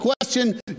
question